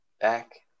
Back